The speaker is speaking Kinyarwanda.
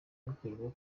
bukorerwa